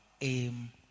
aim